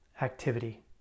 activity